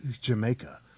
Jamaica